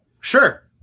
Sure